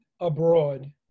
Abroad